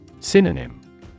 Synonym